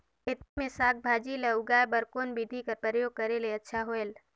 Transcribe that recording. खेती मे साक भाजी ल उगाय बर कोन बिधी कर प्रयोग करले अच्छा होयल?